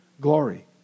glory